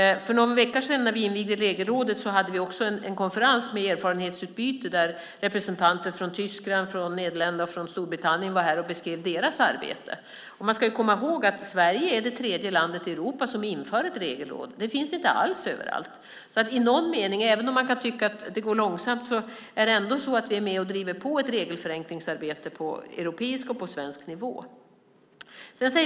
För någon vecka sedan, när vi invigde Regelrådet, hade vi en konferens med erfarenhetsutbyte där representanter från Tyskland, Nederländerna och Storbritannien var här och beskrev sitt arbete. Man ska komma ihåg att Sverige är det tredje landet i Europa som inför ett regelråd. Det finns inte alls överallt. Även om man kan tycka att det går långsamt är det i någon mening så att vi är med och driver på ett regelförenklingsarbete på europeisk och svensk nivå.